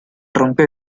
rompió